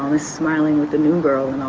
this smiling with the new girl